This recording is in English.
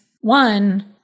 One